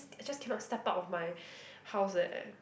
I just cannot step out of my house eh